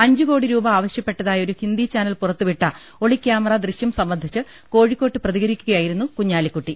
അഞ്ചുകോടി രൂപ ആവശ്യപ്പെ ട്ടതായി ഒരു ഹിന്ദി ചാനൽ പുറത്തുവിട്ട ഒളിക്യാമറ ദൃശ്യം സംബ ന്ധിച്ച് കോഴിക്കോട്ട് പ്രതികരിക്കുകയായിരുന്നു കുഞ്ഞാലിക്കു ട്ടി